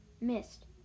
missed